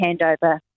handover